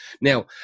Now